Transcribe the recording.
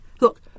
look